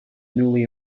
newly